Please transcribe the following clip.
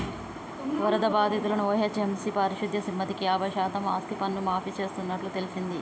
వరద బాధితులను ఓ.హెచ్.ఎం.సి పారిశుద్య సిబ్బందికి యాబై శాతం ఆస్తిపన్ను మాఫీ చేస్తున్నట్టు తెల్సింది